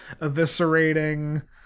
eviscerating